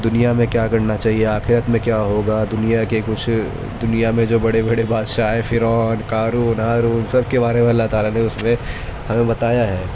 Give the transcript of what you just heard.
دنیا میں کیا کرنا چاہیے آخرت میں کیا ہوگا دنیا کے کچھ دنیا میں جو بڑے بڑے بادشاہ آئے فرعون قارون ہارون سب كے بارے میں اللہ تعالیٰ نے اس میں ہمیں بتایا ہے